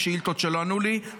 שאילתות שלא ענו לי,